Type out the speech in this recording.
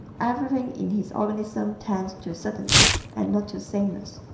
everything in his organism tends to suddenness and not to sameness.